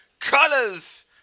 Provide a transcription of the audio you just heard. Colors